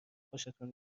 خوشتون